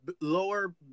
lower